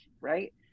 right